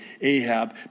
Ahab